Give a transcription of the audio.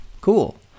Cool